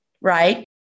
Right